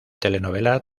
telenovela